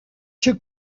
two